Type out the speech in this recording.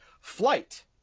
Flight